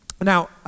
Now